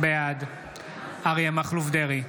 בעד אריה מכלוף דרעי,